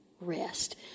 rest